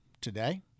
today